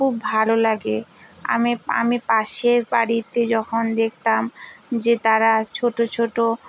খুব ভালো লাগে আমি আমি পাশের বাড়িতে যখন দেখতাম যে তারা ছোট ছোট